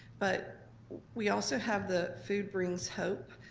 but we also have the food brings hope,